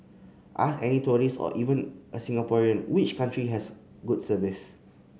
ask any tourist or even a Singaporean which country has good service